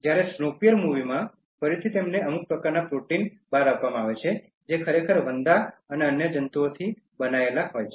જ્યારે સ્નોપીયરમાં ફરીથી તેમને અમુક પ્રકારના પ્રોટીન બાર આપવામાં આવે છે જે ખરેખર વંદા અને અન્ય જંતુઓથી બનેલા હોય છે